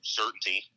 certainty